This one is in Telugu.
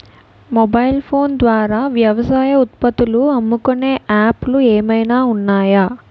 మొబైల్ ఫోన్ ద్వారా వ్యవసాయ ఉత్పత్తులు అమ్ముకునే యాప్ లు ఏమైనా ఉన్నాయా?